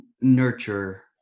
nurture